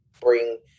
bring